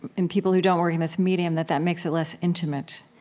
in people who don't work in this medium, that that makes it less intimate.